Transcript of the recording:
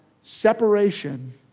separation